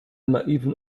naiven